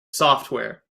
software